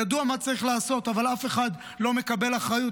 ידוע מה צריך לעשות, אבל אף אחד לא מקבל אחריות.